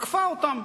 עקפה אותם,